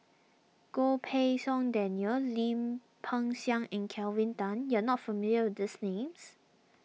Goh Pei Siong Daniel Lim Peng Siang and Kelvin Tan you are not familiar with these names